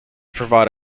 provide